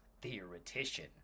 theoretician